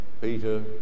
Peter